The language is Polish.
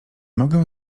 mogę